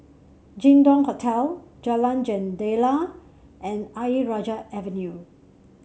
Jin Dong Hotel Jalan Jendela and Ayer Rajah Avenue